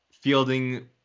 fielding